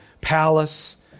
palace